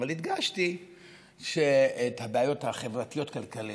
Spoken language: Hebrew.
אבל הדגשתי את הבעיות החברתיות-כלכליות.